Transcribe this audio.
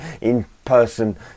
in-person